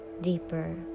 deeper